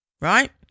Right